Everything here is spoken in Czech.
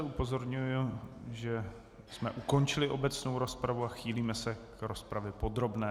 Upozorňuji, že jsme ukončili obecnou rozpravu a chýlíme se k rozpravě podrobné.